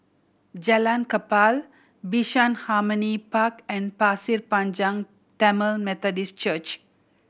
Jalan Kapal Bishan Harmony Park and Pasir Panjang Tamil Methodist Church